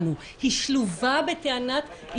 והשאלה של רוחב העבירה היא גם שאלה שבאה